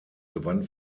gewann